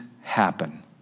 happen